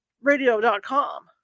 Radio.com